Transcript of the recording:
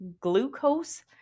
glucose